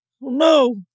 No